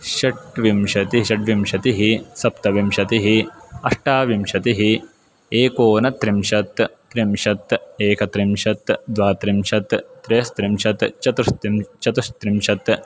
षट्विंशति षड्विंशतिः सप्तविंशतिः अष्टाविंशतिः एकोनत्रिंशत् त्रिंशत् एकत्रिंशत् द्वात्रिंशत् त्रयस्त्रिंशत् चतुश्तिं चतुस्त्रिंशत्